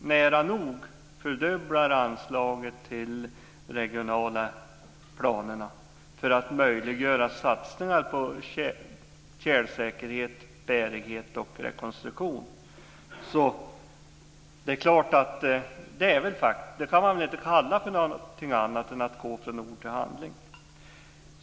nära nog fördubblar anslaget till de regionala planerna för att möjliggöra satsningar på tjälsäkerhet, bärighet och rekonstruktion så kan man inte kalla det för något annat än att man går från ord till handling.